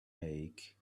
make